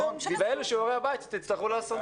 ואלו שיעורי הבית שתצטרכו לעשות.